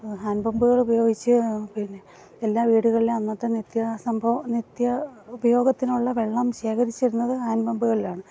hand പമ്പുകളുപയോഗിച്ച് പിന്നെ എല്ലാ വീടുകളിലും അന്നത്തെ നിത്യ സംഭവം നിത്യ ഉപയോഗത്തിനുള്ള വെള്ളം ശേഖരിച്ചിരുന്നത് ഹാൻഡ് പമ്പുകളിലാണ്